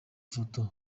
photos